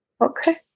okay